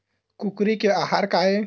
कुकरी के आहार काय?